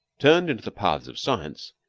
turned into the paths of science,